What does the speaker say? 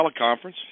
Teleconference